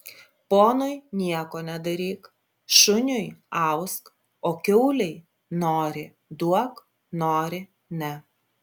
ponui nieko nedaryk šuniui ausk o kiaulei nori duok nori ne